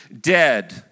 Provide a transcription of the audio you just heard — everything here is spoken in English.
dead